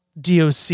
DOC